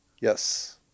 Yes